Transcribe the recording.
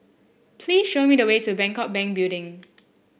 please show me the way to Bangkok Bank Building